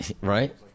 right